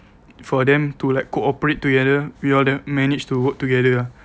for them to like cooperate together we all then managed to work together ah